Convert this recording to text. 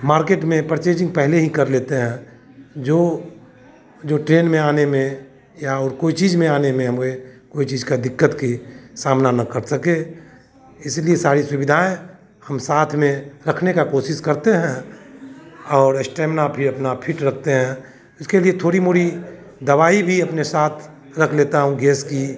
market में purchasing पहले ही कर लेते हैं जो जो ट्रेन में आने में या और कोई चीज़ में आने में हमें कोई चीज़ की दिक्कत की सामना न कर सके इसीलिए सारी सुविधाएँ हम साथ में रखने की कोशिश करते हैं और स्टेमिना भी अपना फिट रखते हैं इसके लिए थोड़ी मोड़ी दवाई भी अपने साथ रख लेता हूँ गैस की